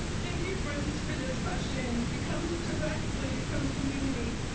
thank you, friends, for this question. it comes directly from community.